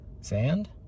sand